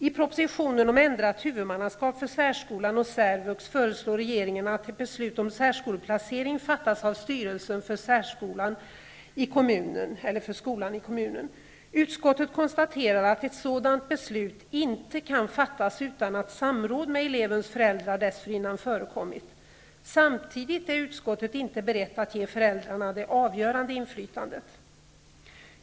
I propositionen om ändrat huvudmannaskap för särskolan och särvux föreslår regeringen att ett beslut om särskoleplacering fattas av styrelsen för särskolan i kommunen. Utskottet konstaterar att ett sådant beslut inte kan fattas utan att samråd med elevens föräldrar dessförinnan förekommit. Samtidigt är utskottet inte berett att ge föräldrarna det avgörande inflytandet.